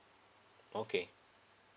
okay